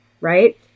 right